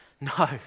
No